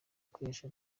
kwihesha